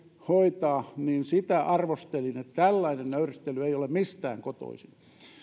hoitaa niin sitä arvostelin että tällainen nöyristely ei ole mistään kotoisin